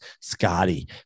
Scotty